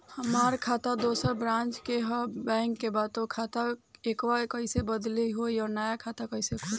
हमार खाता दोसर ब्रांच में इहे बैंक के बा त उ खाता इहवा कइसे बदली होई आ नया खाता कइसे खुली?